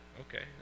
okay